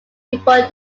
before